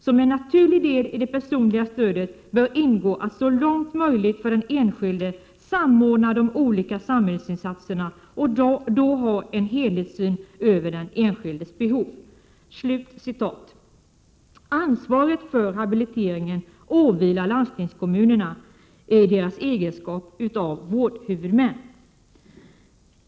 Som en naturlig del i det personliga stödet bör ingå att så långt möjligt för den enskilde samordna de olika samhällsinsatserna och då ha en helhetssyn över den enskildes behov.” Ansvaret för habiliteringen åvilar landstingskommunerna i deras egenskap av vårdhuvudmän.